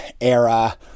era